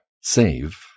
save